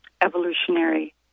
evolutionary